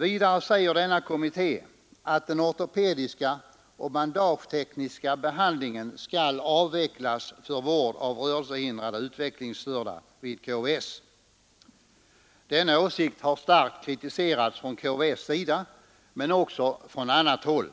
Vidare säger denna kommitté att den ortopediska och bandagetekniska behandlingen bör kunna samordnas med respektive landstings ortopediska klinik och att KVS skall avvecklas för vård av rörelsehindrade utvecklingsstörda. Denna åsikt har starkt kritiserats från KVS:s sida men också från annat håll,